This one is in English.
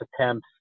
attempts